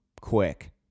quick